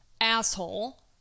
asshole